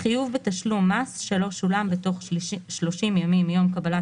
חיוב בתשלום מס שלא שולם בתוך 30 ימים מיום קבלת